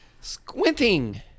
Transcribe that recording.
Squinting